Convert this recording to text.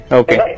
okay